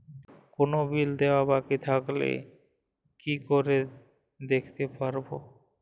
কোনো বিল দেওয়া বাকী থাকলে কি করে দেখতে পাবো?